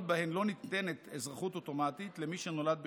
שבהן לא ניתנת אזרחות אוטומטית למי שנולד בשטחן,